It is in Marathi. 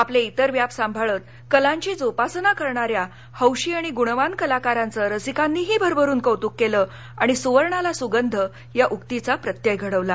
आपले ाज्ञिर व्याप सांभाळत कलांची जोपासना करणाऱ्या हौशी आणि गुणवान कलाकारांचं रसिकानीही भरभरून कौतुक केलं आणि सुवर्णाला सुगंध ह्या उक्तीचा प्रत्यय घडवला